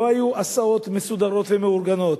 לא היו הסעות מסודרות ומאורגנות.